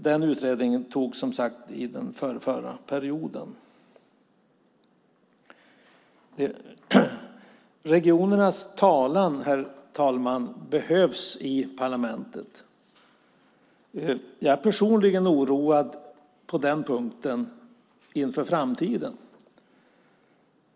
Den utredningen gjordes som sagt under den förrförra perioden. Regionernas talan, herr talman, behövs i parlamentet. Jag är personligen oroad på den punkten inför framtiden.